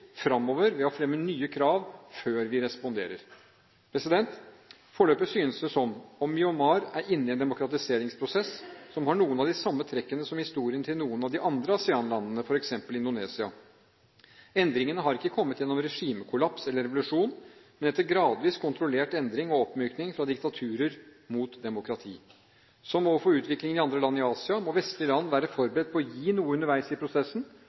ved å fremme nye krav før vi responderer. Foreløpig synes det som om Myanmar er inne i en demokratiseringsprosess som har noen av de samme trekkene som historien til noen av de andre ASEAN-landene – f.eks. Indonesia. Endringene har ikke kommet gjennom regimekollaps eller revolusjon, men etter gradvis, kontrollert endring og oppmykning fra diktaturer og mot demokrati. Som overfor utviklingen i andre land i Asia må vestlige land være forberedt på å gi noe underveis i prosessen,